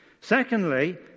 Secondly